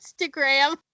Instagram